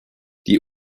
die